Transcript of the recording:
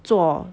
做